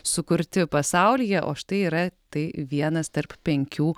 sukurti pasaulyje o štai yra tai vienas tarp penkių